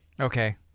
Okay